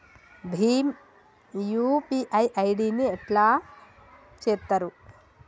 Bhim UPI ID ని ఎట్లా చేత్తరు?